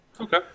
Okay